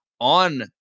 on